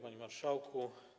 Panie Marszałku!